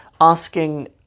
asking